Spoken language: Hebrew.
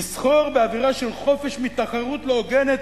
לסחור באווירה של חופש מתחרות לא הוגנת